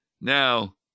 Now